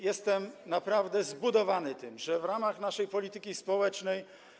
Jestem naprawdę zbudowany tym, że w ramach naszej polityki społecznej.